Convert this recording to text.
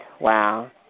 wow